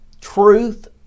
truth